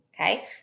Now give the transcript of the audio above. Okay